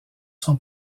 son